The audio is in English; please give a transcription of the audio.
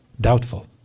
doubtful